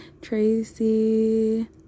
Tracy